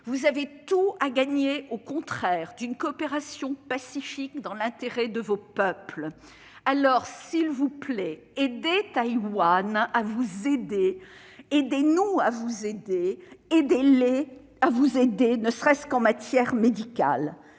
Vous avez tout à gagner, au contraire, d'une coopération pacifique dans l'intérêt de vos peuples. Alors, s'il vous plaît, aidez Taïwan à vous aider, aidez-nous à vous aider, aidez-les à vous aider, ne serait-ce qu'en matière médicale